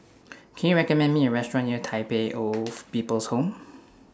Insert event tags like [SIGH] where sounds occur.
[NOISE] Can YOU recommend Me A Restaurant near Tai Pei [NOISE] oath People's Home